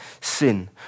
sin